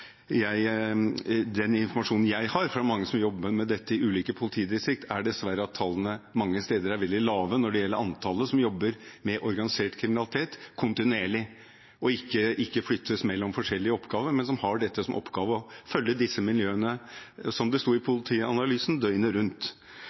Den informasjonen jeg har fra mange som jobber med dette i ulike politidistrikter, er dessverre at tallene mange steder er veldig lave når det gjelder antallet som jobber med organisert kriminalitet kontinuerlig, og som ikke flyttes mellom forskjellige oppgaver, men har som oppgave å følge disse miljøene døgnet rundt, som det sto i